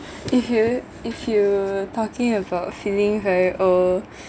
if you if you talking about feeling very old